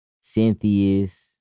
Cynthia's